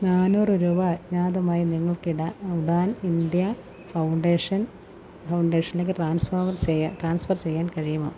നാനൂറ് രൂപ അജ്ഞാതമായി നിങ്ങൾക്ക് ഇടാൻ ഉഡാൻ ഇന്ത്യ ഫൗണ്ടേഷൻ ഫൗണ്ടേഷനിലേക്ക് ട്രാൻസ്ഫോമർ ചെയ്യാൻ ട്രാൻസ്ഫർ ചെയ്യാൻ കഴിയുമോ